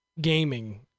gaming